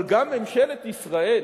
אבל גם ממשלת ישראל